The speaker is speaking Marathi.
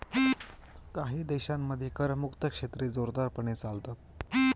काही देशांमध्ये करमुक्त क्षेत्रे जोरदारपणे चालतात